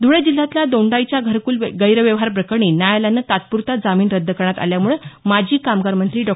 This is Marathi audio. धुळे जिल्ह्यातल्या दोंडाईचा घरकुल गैरव्यवहार प्रकरणी न्यायालयानं तात्पुरता जामिन रद्द करण्यात आल्यामुळे माजी कामगार मंत्री डॉ